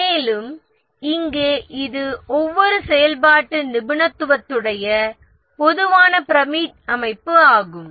மேலும் இங்கே இது ஒவ்வொரு செயல்பாட்டு நிபுணத்துவத்தையுடைய பொதுவான பிரமிடு அமைப்பு ஆகும்